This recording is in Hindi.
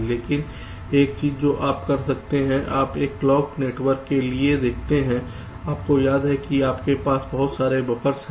लेकिन एक चीज जो आप कर सकते हैं आप एक क्लॉक नेटवर्क के लिए देखते हैं आपको याद है कि आपके पास बहुत सारे बफ़र्स हैं